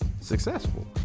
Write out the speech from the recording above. successful